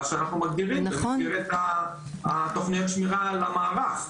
שאנחנו מגדירים במסגרת תוכניות השמירה על המערך.